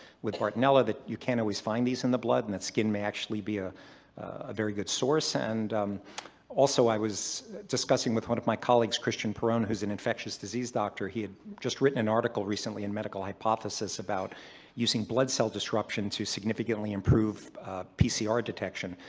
with bartonella that you can't always find these in the blood and the skin, may actually be a very good source, and also i was discussing with one of my colleagues, christian perrone, who is an infectious disease doctor. he had just written an article recently in medical hypothesis about using blood cell disruption to significantly improve pcr detection.